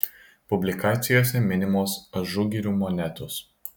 publikacijose minimos ažugirių monetos